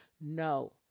No